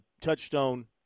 Touchstone